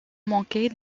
manquer